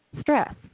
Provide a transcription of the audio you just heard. stress